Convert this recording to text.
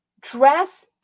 Dress